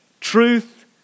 truth